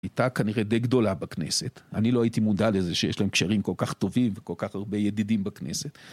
הייתה כנראה די גדולה בכנסת, אני לא הייתי מודע לזה שיש להם קשרים כל כך טובים וכל כך הרבה ידידים בכנסת